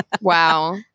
Wow